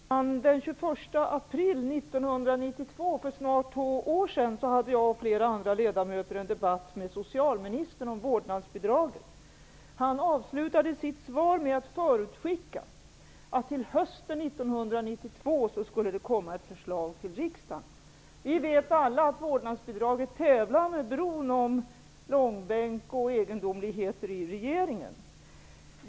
Fru talman! Den 21 april 1992, för snart två år sedan, hade jag och flera andra ledamöter en debatt med socialministern om vårdnadsbidraget. Han avslutade sitt svar med att förutskicka att det till hösten 1992 skulle komma ett förslag till riksdagen. Vi vet alla att vårdnadsbidraget tävlar med bron om långbänk och egendomligheter i regeringen.